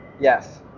Yes